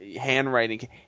handwriting